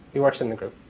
he works in the group.